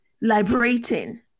liberating